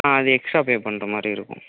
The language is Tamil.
ஆ அது எக்ஸ்ட்ரா பே பண்ணுற மாதிரி இருக்கும்